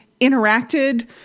interacted